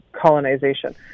colonization